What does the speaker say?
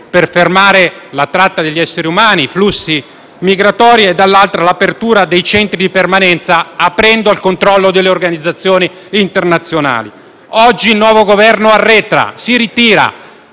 per fermare la tratta degli esseri umani e i flussi migratori e, dall'altra, l'apertura dei centri di permanenza aprendo al controllo delle organizzazioni internazionali. Oggi il nuovo Governo arretra, si ritira,